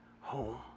home